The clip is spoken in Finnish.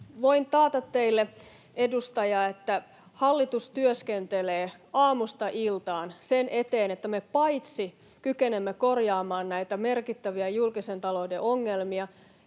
Voin taata teille, edustaja, että hallitus työskentelee aamusta iltaan sen eteen, että me kykenemme korjaamaan näitä merkittäviä julkisen talouden ongelmia